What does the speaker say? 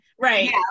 right